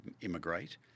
immigrate